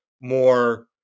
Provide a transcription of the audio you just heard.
more